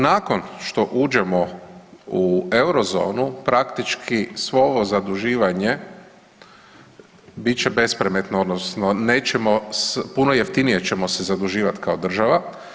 Nakon što uđemo u euro zonu praktički svo ovo zaduživanje bit će bespredmetno odnosno nećemo, puno jeftinije ćemo se zaduživati kao država.